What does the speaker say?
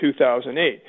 2008